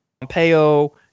Pompeo